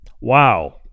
Wow